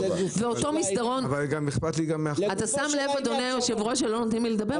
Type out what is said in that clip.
אבל גם אכפת לי מה- -- אתה שם לב אדוני היו"ר שלא נותנים לי לדבר?